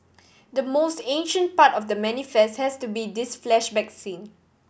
the most ancient part of The Manifest has to be this flashback scene